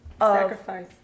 Sacrifice